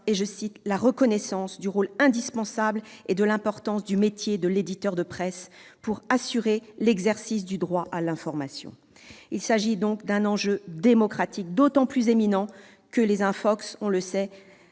est « la reconnaissance [...] du rôle indispensable et de l'importance du métier de l'éditeur de presse pour assurer l'exercice du droit à l'information ». Il s'agit d'un enjeu démocratique d'autant plus éminent que les « infox », nous le savons,